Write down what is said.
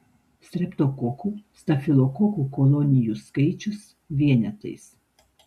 streptokokų stafilokokų kolonijų skaičius vienetais